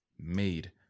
made